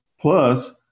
Plus